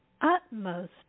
utmost